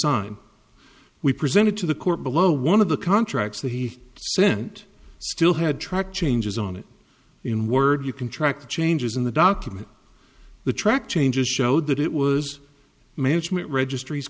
sign we presented to the court below one of the contracts that he sent still had tried changes on it in word you can track the changes in the document the track changes showed that it was management registries